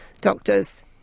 doctors